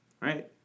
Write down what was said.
Right